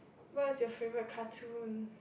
what is your favourite cartoon